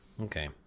Okay